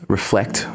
Reflect